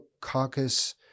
caucus